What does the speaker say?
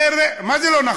לא, לא, לא, לא נכון.